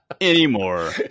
anymore